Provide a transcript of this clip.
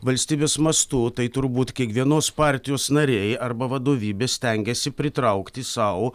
valstybės mastu tai turbūt kiekvienos partijos nariai arba vadovybė stengiasi pritraukti sau